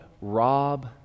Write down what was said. rob